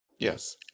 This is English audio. Yes